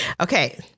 Okay